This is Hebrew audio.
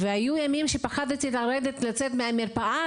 היו ימים שפחדתי לצאת מהמרפאה,